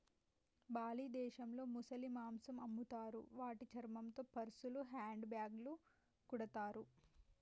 Bali దేశంలో ముసలి మాంసం అమ్ముతారు వాటి చర్మంతో పర్సులు, హ్యాండ్ బ్యాగ్లు కుడతారు